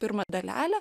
pirmą dalelę